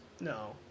No